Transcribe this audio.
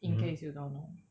in case you don't know